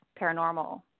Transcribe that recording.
paranormal